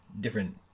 different